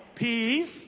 Peace